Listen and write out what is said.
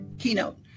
keynote